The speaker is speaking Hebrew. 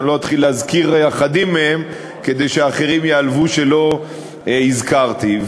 לא אתחיל להזכיר אחדים מהם כדי שאחרים ייעלבו שלא הזכרתי אותם,